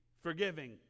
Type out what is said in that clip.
forgiving